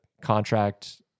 contract